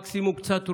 מקסימום קצת רוחות,